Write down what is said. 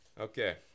Okay